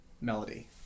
Melody